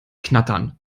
knattern